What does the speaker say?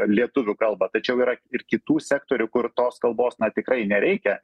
lietuvių kalbą tačiau yra ir kitų sektorių kur tos kalbos na tikrai nereikia